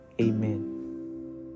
Amen